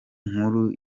nkuru